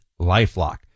LifeLock